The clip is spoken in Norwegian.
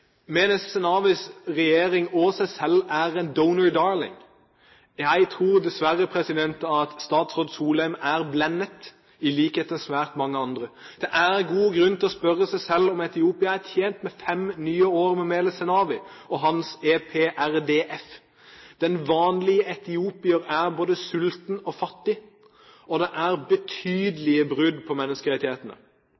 Meles Zenawis regjering og han selv er en «donor darling». Jeg tror dessverre at statsråd Solheim er blendet – i likhet med svært mange andre. Det er god grunn til å spørre om Etiopia er tjent med fem nye år med Meles Zenawi og hans EPRDF. Den vanlige etiopier er både sulten og fattig, og det er